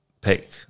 pick